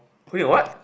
who in what